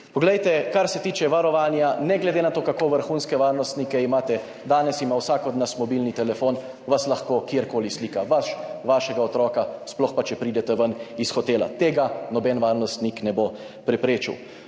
GEN-I. Kar se tiče varovanja, ne glede na to, kako vrhunske varnostnike imate, danes ima vsak od nas mobilni telefon, vas lahko kjerkoli slika, vas, vašega otroka, sploh pa, če pridete ven iz hotel. Tega noben varnostnik ne bo preprečil.